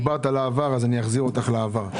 דיברת על העבר, אז אחזיר אותך לעבר.